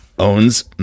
owns